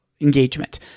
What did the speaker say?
engagement